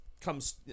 comes